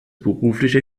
berufliche